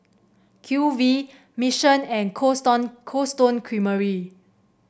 Q V Mission and Cold Stone Cold Stone Creamery